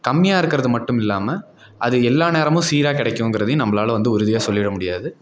கம்மியாக இருக்கிறது மட்டும் இல்லாமல் அது எல்லா நேரமும் சீராக கிடைக்குங்குறதையும் நம்மளால வந்து உறுதியாக சொல்லிவிட முடியாது